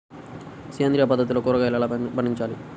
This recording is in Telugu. సేంద్రియ పద్ధతిలో కూరగాయలు ఎలా పండించాలి?